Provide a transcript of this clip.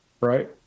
Right